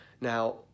Now